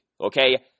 okay